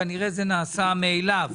כנראה זה נעשה מאליו.